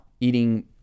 eating